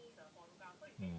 mm